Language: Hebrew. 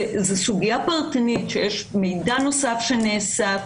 זו סוגיה פרטנית שיש מידע נוסף שנאסף,